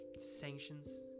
sanctions